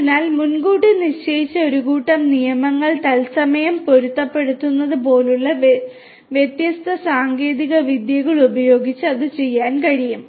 അതിനാൽ മുൻകൂട്ടി നിശ്ചയിച്ച ഒരു കൂട്ടം നിയമങ്ങൾ തത്സമയം പൊരുത്തപ്പെടുത്തുന്നത് പോലുള്ള വ്യത്യസ്ത സാങ്കേതിക വിദ്യകൾ ഉപയോഗിച്ച് അത് ചെയ്യാൻ കഴിയും